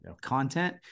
content